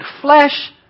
flesh